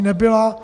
Nebyla.